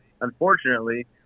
unfortunately